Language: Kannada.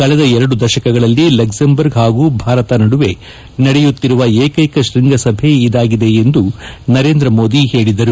ಕಳೆದ ಎರಡು ದಶಕಗಳಲ್ಲಿ ಲಕ್ಷಂಬರ್ಗ್ ಹಾಗೂ ಭಾರತ ನಡುವೆ ನಡೆಯುತ್ತಿರುವ ಏಕ್ಕೆಕ ಶ್ವಂಗಸಭೆ ಇದಾಗಿದೆ ಎಂದು ನರೇಂದ್ರಮೋದಿ ಹೇಳಿದರು